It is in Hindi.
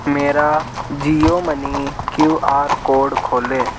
मेरा Jio money Q R code खोलें